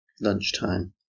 lunchtime